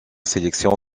sélection